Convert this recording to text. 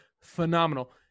Phenomenal